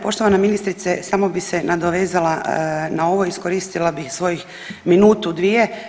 Poštovana ministrice samo bi se nadovezala na ovo, iskoristila bih svojih minutu, dvije.